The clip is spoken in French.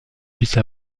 puisse